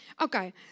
Okay